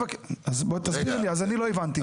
אז בואי תסבירי לי אני לא הבנתי,